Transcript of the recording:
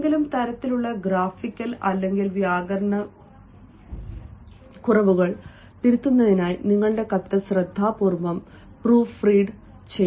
ഏതെങ്കിലും തരത്തിലുള്ള ഗ്രാഫിക്കൽ അല്ലെങ്കിൽ വ്യാകരണ പിശകുകൾ തിരുത്തുന്നതിനായി നിങ്ങളുടെ കത്ത് ശ്രദ്ധാപൂർവ്വം പ്രൂഫ് റീഡ് ചെയ്യണം